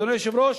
אדוני היושב-ראש,